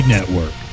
Network